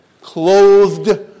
Clothed